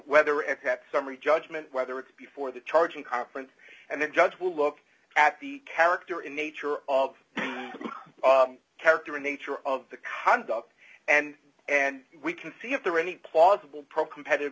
that summary judgment whether it's before the charging conference and the judge will look at the character in nature of character a nature of the conduct and and we can see if there are any plausible pro competitive